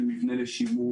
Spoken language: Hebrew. של מבנה לשימור